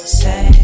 say